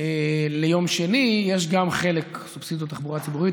יש גם חלק של סובסידיות לתחבורה ציבורית,